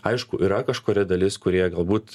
aišku yra kažkuri dalis kurie galbūt